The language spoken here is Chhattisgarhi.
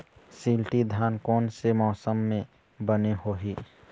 शिल्टी धान कोन से मौसम मे बने होही?